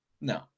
No